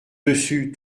dessus